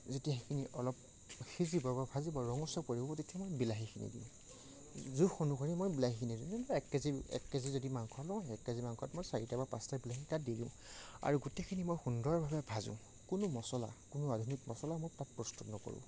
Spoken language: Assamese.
যদি সেইখিনি অলপ সিজিব বা ভাজিব অলপ ৰঙচুৱা পৰিব তেতিয়া মই বিলাহীখিনি দিওঁ জোখ অনুসৰি মই বিলাহীখিনি দিওঁ এক কেজি এক কেজি যদি মাংস লওঁ এক কেজি মাংসত মই চাৰিটা বা পাঁচটা বিলাহী তাত দি দিওঁ আৰু গোটেইখিনি মই সুন্দৰভাৱে ভাজোঁ কোনো মচলা কোনো আধুনিক মচলা মই তাত প্ৰস্তুত নকৰোঁ